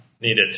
needed